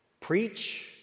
preach